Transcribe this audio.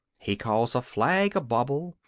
he calls a flag a bauble,